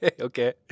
Okay